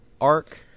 arc